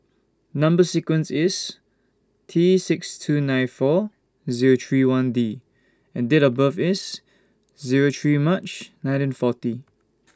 Number sequence IS T six two nine four Zero three one D and Date of birth IS Zero three March nineteen forty